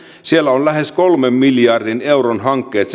siellä ovat seisomassa lähes kolmen miljardin euron hankkeet